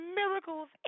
miracles